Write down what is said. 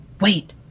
wait